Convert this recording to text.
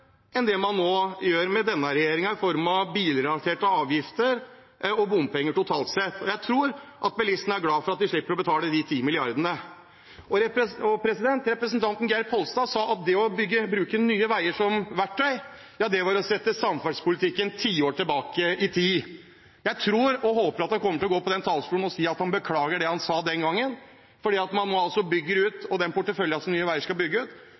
enn det man nå gjør med denne regjeringen, i form av bilrelaterte avgifter og bompenger totalt sett. Jeg tror at bilistene er glad for at de slipper å betale de ti milliardene. Representanten Geir Pollestad sa at det å bruke Nye Veier som verktøy var å sette samferdselspolitikken tiår tilbake i tid. Jeg tror og håper at han kommer til å gå opp på talerstolen og si at han beklager det han sa den gangen, for nå bygger man altså ut, og med den porteføljen som Nye Veier skal bygge ut,